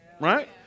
right